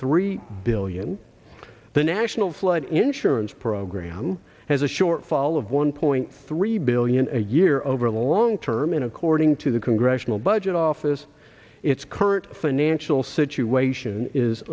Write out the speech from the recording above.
three billion the national flood insurance program has a short fall of one point three billion a year over the long term and according to the congressional budget office its current financial situation is